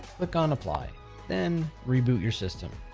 click on apply then reboot your system.